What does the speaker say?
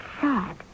sad